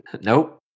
Nope